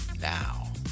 Now